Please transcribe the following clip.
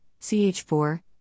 CH4